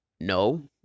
No